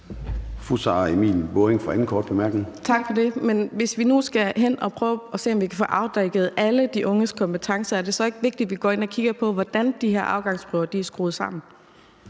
Sara Emil Baaring (S): Tak for det. Men hvis vi nu skal se, om vi kan prøve at få afdækket alle de unges kompetencer, er det så ikke vigtigt, at vi går ind og kigger på, hvordan de her afgangsprøver er skruet sammen?